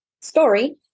story